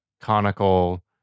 conical